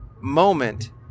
moment